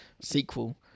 sequel